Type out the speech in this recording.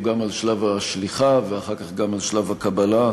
גם את שלב השליחה ואחר כך גם את שלב הקבלה,